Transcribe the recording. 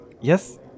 Yes